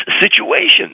situations